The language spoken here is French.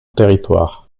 territoire